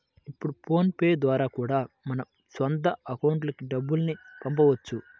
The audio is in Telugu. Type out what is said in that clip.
ఇప్పుడు ఫోన్ పే ద్వారా కూడా మన సొంత అకౌంట్లకి డబ్బుల్ని పంపించుకోవచ్చు